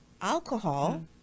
alcohol